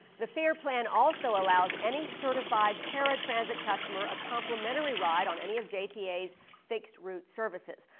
the fare plan also allows any certified para-transit customer a complimentary ride on any of jta's fixed route services.